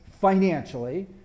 financially